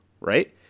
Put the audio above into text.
right